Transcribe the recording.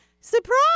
surprise